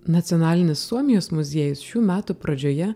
nacionalinis suomijos muziejus šių metų pradžioje